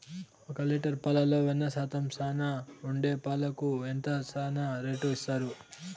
ఒక లీటర్ పాలలో వెన్న శాతం చానా ఉండే పాలకు ఎంత చానా రేటు ఇస్తారు?